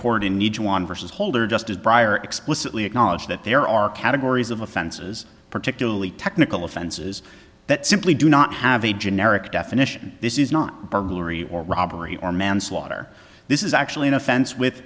court in need to on versus holder just prior explicitly acknowledge that there are categories of offenses particularly technical offenses that simply do not have a generic definition this is not burglary or robbery or manslaughter this is actually an offense with